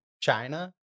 China